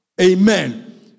Amen